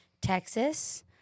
Texas